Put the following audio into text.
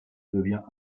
devient